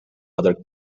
other